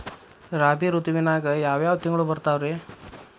ರಾಬಿ ಋತುವಿನಾಗ ಯಾವ್ ಯಾವ್ ತಿಂಗಳು ಬರ್ತಾವ್ ರೇ?